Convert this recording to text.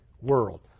world